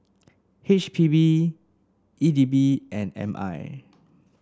H P B E D B and M I